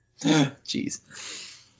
Jeez